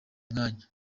mwanya